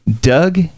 Doug